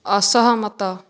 ଅସହମତ